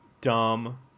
Dumb